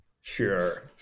Sure